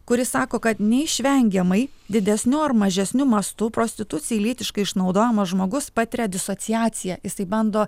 kuri sako kad neišvengiamai didesniu ar mažesniu mastu prostitucijai lytiškai išnaudojamas žmogus patiria disociaciją jisai bando